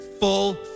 full